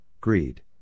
greed